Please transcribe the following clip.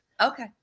Okay